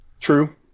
True